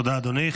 תודה, אדוני.